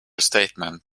statement